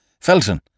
Felton